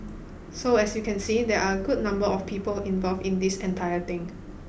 so as you can see there are good number of people involved in this entire thing